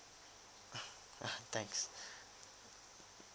thanks